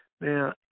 Now